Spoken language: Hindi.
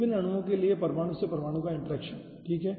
विभिन्न अणुओं के लिए परमाणु से परमाणु का इंटरेक्शन ठीक है